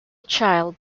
child